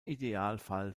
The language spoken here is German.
idealfall